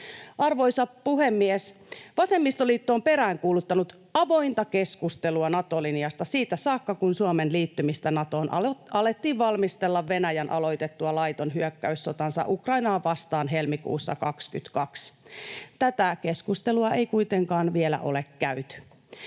Arvoisa puhemies! Vasemmistoliitto on peräänkuuluttanut avointa keskustelua Nato-linjasta siitä saakka, kun Suomen liittymistä Natoon alettiin valmistella Venäjän aloitettua laittoman hyökkäyssotansa Ukrainaa vastaan helmikuussa 22. Tätä keskustelua ei kuitenkaan vielä ole käyty.